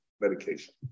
medication